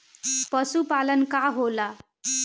पशुपलन का होला?